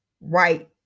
right